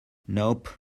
nope